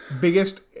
Biggest